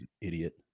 idiot